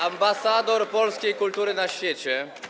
ambasador polskiej kultury na świecie.